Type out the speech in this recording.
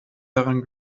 dran